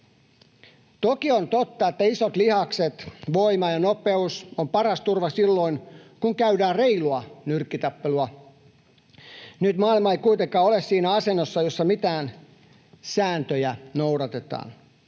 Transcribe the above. Toki on totta, että isot lihakset, voima ja nopeus ovat paras turva silloin, kun käydään reilua nyrkkitappelua. Nyt maailma ei kuitenkaan ole siinä asennossa, jossa mitään sääntöjä noudatetaan.